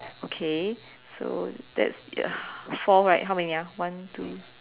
okay so that's it uh four right how many ah one two